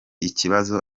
ikibazo